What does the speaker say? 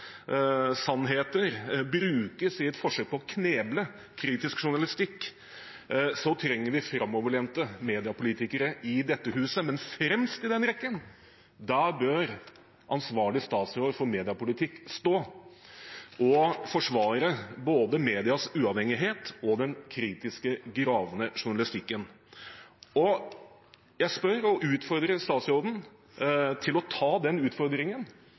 sannheter – brukes i forsøk på å kneble kritisk journalistikk, trenger vi framoverlente mediepolitikere i dette huset. Fremst i den rekken bør ansvarlig statsråd for mediepolitikk stå og forsvare både medias uavhengighet og den kritiske, gravende journalistikken. Jeg spør – og utfordrer – statsråden om å ta den utfordringen